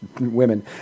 women